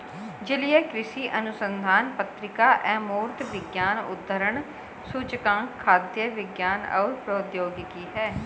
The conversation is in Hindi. जलीय कृषि अनुसंधान पत्रिका अमूर्त विज्ञान उद्धरण सूचकांक खाद्य विज्ञान और प्रौद्योगिकी है